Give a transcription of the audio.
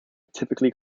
typically